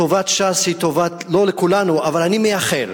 טובת ש"ס היא טובת, לא כולנו, אבל אני מייחל